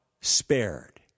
spared